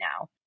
now